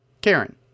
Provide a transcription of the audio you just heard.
Karen